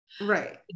Right